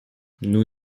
nous